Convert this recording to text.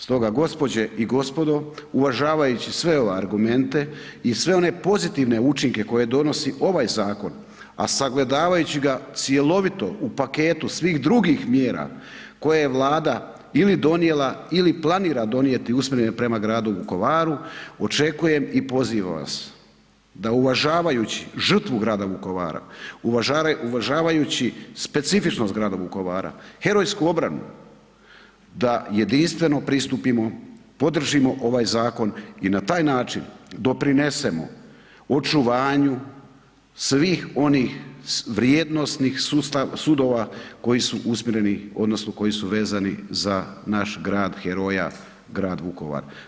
Stoga gospođe i gospodo, uvažavajući sve ove argumente i sve one pozitivne učinke koje donosi ovaj Zakon, a sagledavajući ga cjelovito, u paketu svih drugih mjera koje je Vlada ili donijela, ili planira donijeti usmjerene prema Gradu Vukovaru, očekujem i pozivam vas da uvažavajući žrtvu Grada Vukovara, uvažavajući specifičnost Grada Vukovara, herojsku obranu, da jedinstveno pristupimo, podržimo ovaj Zakon i na taj način doprinesemo očuvanju svih onih vrijednosnih sudova koji su usmjereni odnosno koji su vezani za naš grad heroja, Grad Vukovar.